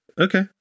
Okay